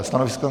Stanovisko?